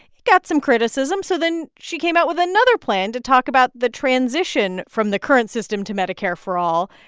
it got some criticism, so then she came out with another plan to talk about the transition from the current system to medicare for all.